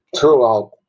throughout